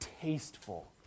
tasteful